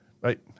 Right